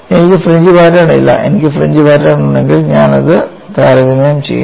എനിക്ക് fringe pattern ഇല്ല എനിക്ക് ഫ്രിഞ്ച് പാറ്റേൺ ഉണ്ടെങ്കിൽ ഞാൻ അതും താരതമ്യം ചെയ്യുന്നു